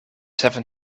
seven